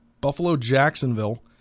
Buffalo-Jacksonville